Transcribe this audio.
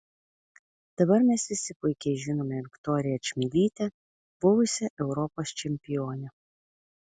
dabar mes visi puikiai žinome viktoriją čmilytę buvusią europos čempionę